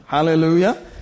Hallelujah